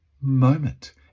moment